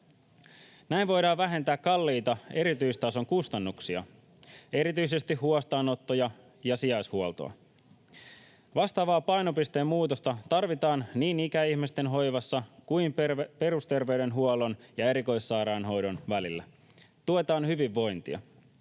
Näin voidaan vähentää kalliita erityistason kustannuksia, erityisesti huostaanottoja ja sijaishuoltoa. Vastaavaa painopisteen muutosta tarvitaan niin ikäihmisten hoivassa kuin perusterveydenhuollon ja erikoissairaanhoidon välillä. Tuetaan hyvinvointia.